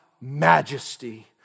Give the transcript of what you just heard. Majesty